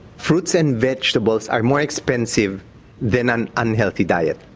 fruits and vegetables are more expensive than an unhealthy diet,